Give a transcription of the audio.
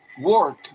work